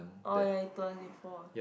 orh ya you told us before